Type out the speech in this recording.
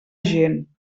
gent